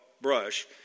brush